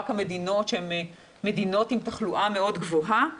רק המדינות שיש בהן תחלואה גבוהה מאוד,